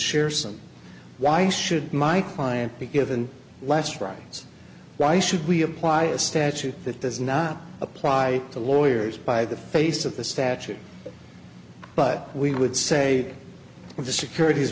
shearson why should my client be given less rights why should we apply a statute that does not apply to lawyers by the face of the statute but we would say the securit